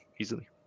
easily